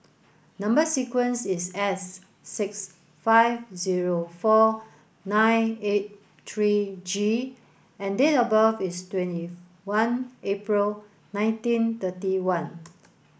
number sequence is S six five zero four nine eight three G and date of birth is twenty one April nineteen thirty one